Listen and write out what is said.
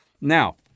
Now